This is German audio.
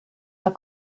herr